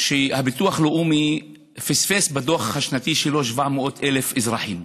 שהביטוח הלאומי פספס בדוח השנתי שלו 700,000 אזרחים.